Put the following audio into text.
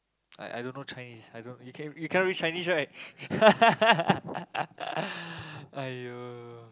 I I don't know Chinese I don't know you can't you cannot read Chinese right !aiyo!